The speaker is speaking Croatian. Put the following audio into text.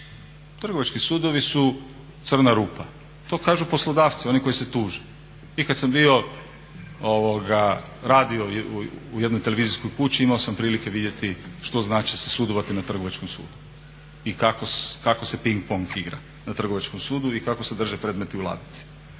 Trgovački sudovi su crna rupa. To kažu poslodavci oni koji se tuže. I kada sam bio radio u jednoj televizijskoj kući imao sam prilike vidjeti što znači se sudovati na trgovačkom sudu i kako se ping-pong igra na trgovačkom sudu i kako se drže predmeti u ladici.